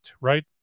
right